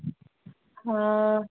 हाँ